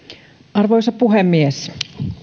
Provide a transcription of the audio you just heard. arvoisa puhemies